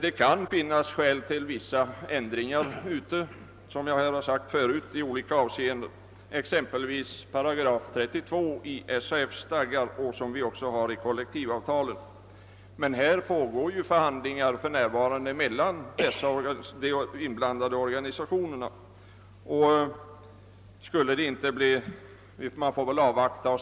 Det finns skäl att åstadkomma vissa ändringar. Det gäller t.ex. 32 § i SAF:s stadgar vars bestämmelser också finns med i vissa kollektivavtal. Men i denna fråga pågår för närvarande förhandlingar mellan berörda organisationer. Vi får avvakta resultaten av dessa förhandlingar.